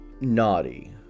naughty